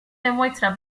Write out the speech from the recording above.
demuestra